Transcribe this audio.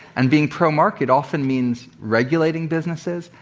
and being pro-market often means regulating businesses,